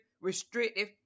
restrictive